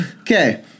Okay